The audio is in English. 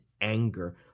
anger